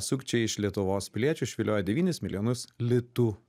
sukčiai iš lietuvos piliečių išviliojo devynis milijonus litų